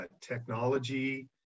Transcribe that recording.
technology